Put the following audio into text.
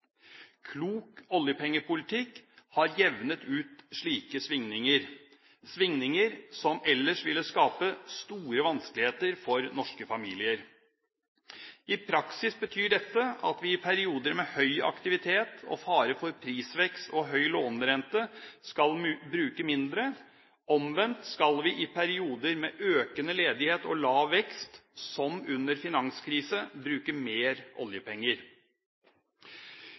Klok oljepengepolitikk har jevnet ut slike svingninger, svingninger som ellers ville skape store vanskeligheter for norske familier. I praksis betyr dette at vi i perioder med høy aktivitet og fare for prisvekst og høy lånerente, skal bruke mindre. Omvendt skal vi i perioder med økende ledighet og lav vekst, som under finanskrisen, bruke mer oljepenger.